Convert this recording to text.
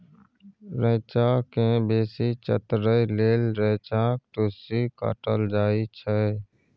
रैंचा केँ बेसी चतरै लेल रैंचाक टुस्सी काटल जाइ छै